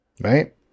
Right